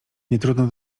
nietrudno